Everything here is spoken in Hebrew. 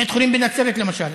בית חולים בנצרת, למשל,